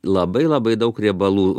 labai labai daug riebalų